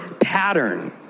pattern